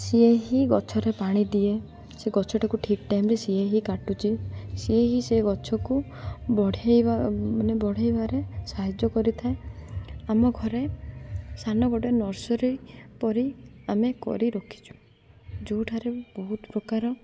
ସିଏ ହିଁ ଗଛରେ ପାଣି ଦିଏ ସେ ଗଛଟାକୁ ଠିକ୍ ଟାଇମ୍ରେ ସିଏ ହିଁ କାଟୁଛି ସିଏ ହିଁ ସେ ଗଛକୁ ବଢ଼ାଇବା ମାନେ ବଢ଼ାଇବାରେ ସାହାଯ୍ୟ କରିଥାଏ ଆମ ଘରେ ସାନ ଗୋଟେ ନର୍ସରୀ ପରି ଆମେ କରି ରଖିଛୁ ଯେଉଁଠାରେ ବହୁତ ପ୍ରକାର